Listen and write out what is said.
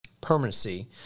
permanency